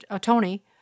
Tony